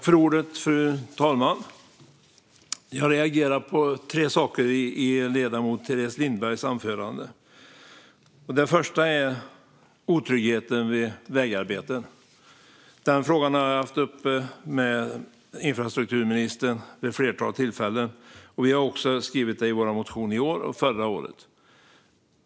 Fru talman! Jag reagerade på tre saker i ledamot Teres Lindbergs anförande. Den första är otryggheten vid vägarbete. Den frågan har jag tagit upp med infrastrukturministern vid ett flertal tillfällen. Vi har också skrivit om detta i våra motioner i år och förra året.